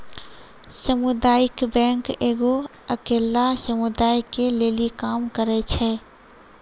समुदायिक बैंक एगो अकेल्ला समुदाय के लेली काम करै छै